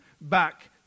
back